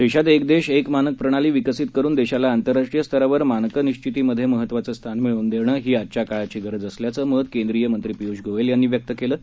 देशात एक देश एक मानक प्रणाली विकसित करुन देशाला आंतरराष्ट्रीय स्तरावर मानकं निश्वितीमधे महत्वाचं स्थान मिळवून देणं ही आजच्या काळाची गरज असल्याचं मत केंद्रीय मंत्री पीयूष गोयल यांनी व्यक्त केलं आहे